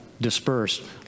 dispersed